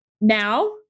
Now